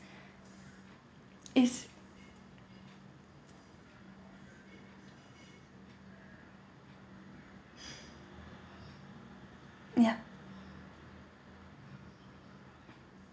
yes ya